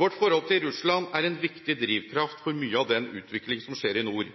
Vårt forhold til Russland er en viktig drivkraft for mye av den utvikling som skjer i nord.